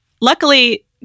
luckily